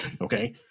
Okay